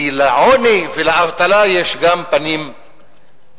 כי לעוני ולאבטלה יש גם פנים לאומיות.